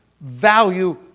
value